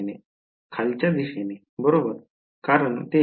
खालच्या दिशेने बरोबर कारण ते r r' आहे